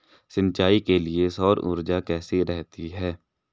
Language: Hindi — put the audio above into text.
सिंचाई के लिए सौर ऊर्जा कैसी रहती है?